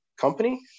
company